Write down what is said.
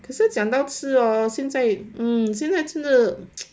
可是讲到吃哦现在嗯现在真的